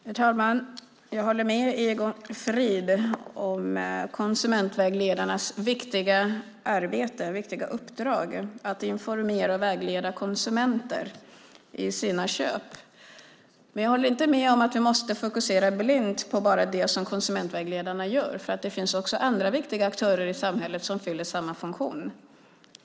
Herr talman! Jag håller med Egon Frid om konsumentvägledarnas viktiga arbete och uppdrag: att informera och vägleda konsumenter i deras köp. Men jag håller inte med om att vi måste fokusera blint på bara det som konsumentvägledarna gör. Det finns nämligen även andra viktiga aktörer i samhället som fyller samma funktion.